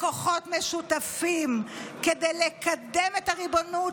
בכוחות משותפים כדי לקדם את הריבונות,